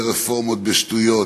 ורפורמות בשטויות,